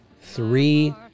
three